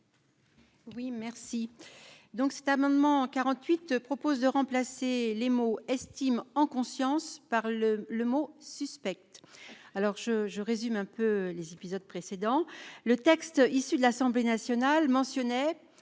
Oui merci, donc cet amendement 48 propose de remplacer les mots estime en conscience par le le mot suspecte alors je résume un peu les épisodes précédents : le texte issu de l'Assemblée nationale, mentionnait